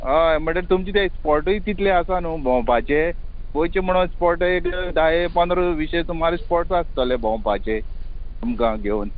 हय म्हटल्यार तुमचे ते स्पोटय तितले आसा न्हू भोंवपाचे गोंयचे म्हणोन स्पोट एक धा पंदरा विशे सुमार स्पोट्स आसतले भोंवपाचे तुमकां घेवन